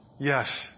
Yes